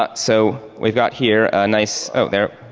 ah so we've got here a nice oh, there.